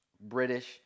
British